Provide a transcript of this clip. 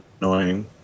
annoying